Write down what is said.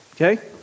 Okay